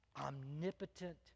omnipotent